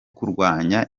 kurwanya